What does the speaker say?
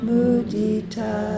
Mudita